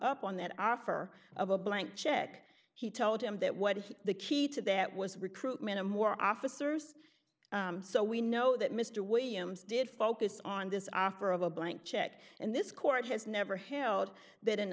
up on that offer of a blank check he told him that what he the key to that was recruitment of more officers so we know that mr williams did focus on this offer of a blank check and this court has never held that an